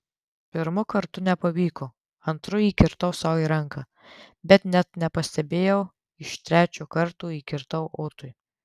pirmu kartu nepavyko antru įkirtau sau į ranką bet net nepastebėjau iš trečio karto įkirtau otui